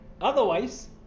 Otherwise